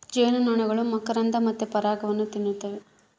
ಜೇನುನೊಣಗಳು ಮಕರಂದ ಮತ್ತೆ ಪರಾಗವನ್ನ ತಿನ್ನುತ್ತವ